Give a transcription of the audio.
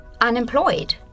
unemployed